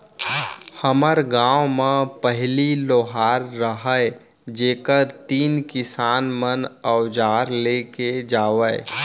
हर गॉंव म पहिली लोहार रहयँ जेकर तीन किसान मन अवजार लेके जावयँ